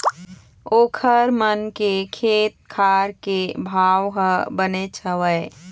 ओखर मन के खेत खार के भाव ह बनेच हवय